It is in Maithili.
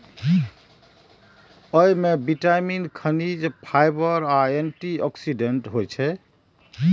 अय मे विटामिन, खनिज, फाइबर आ एंटी ऑक्सीडेंट होइ छै